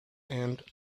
and